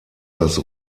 das